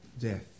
death